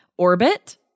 orbit